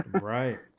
Right